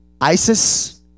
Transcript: Isis